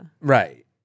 Right